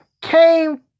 came